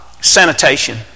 sanitation